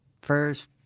First